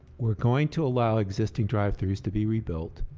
we're going to allow existing drive throughs to be rebuilt.